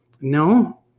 no